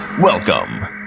Welcome